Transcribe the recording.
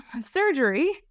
Surgery